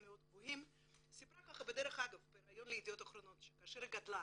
מאוד גבוהים סיפרה בדרך אגב בריאיון ל"ידיעות אחרונות" שכאשר היא גדלה